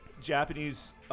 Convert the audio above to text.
Japanese